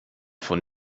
von